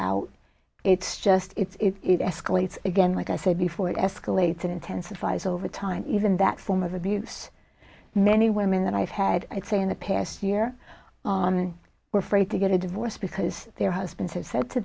out it's just it's it escalates again like i said before it escalates and intensifies over time even that form of abuse many women that i've had i'd say in the past year were fraid to get a divorce because their husbands have said to